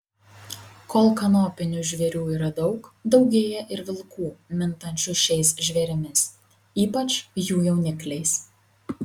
kol kanopinių žvėrių yra daug daugėja ir vilkų mintančių šiais žvėrimis ypač jų jaunikliais